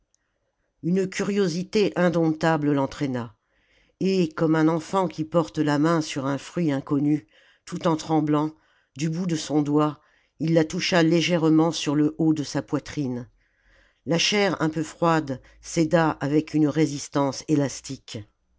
une curiosité indomptable l'entraîna et comme un enfant qui porte la main sur un fruit inconnu tout en tremblant du bout de son doigt il la toucha légèrement sur le haut de sa poitrine la chair un peu froide céda avec une résistance élastique